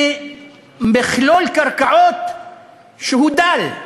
ממכלול קרקעות שהוא דל.